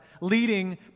Leading